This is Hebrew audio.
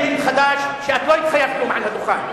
זה אלמנט חדש שאת לא התחייבת לו מעל הדוכן,